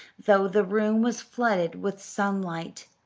though the room was flooded with sunlight.